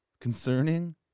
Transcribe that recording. concerning